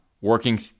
working